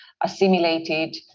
assimilated